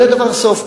אין לדבר סוף,